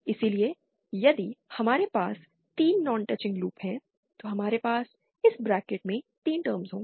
इसलिए यदि हमारे पास 3 नॉन टचिंग लूप हैं तो हमारे पास इस ब्रैकेट में 3 टर्म्स होंगे